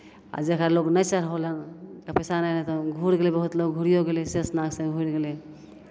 आ जकरा लोक नहि चढ़ होलैन तऽ पैसा नहि रहै तऽ ओ घूरि गेलै बहुत मतलब घुरियो गेलै शेषनागसँ घुरि गेलै